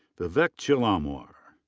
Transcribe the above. vivek chilamwar.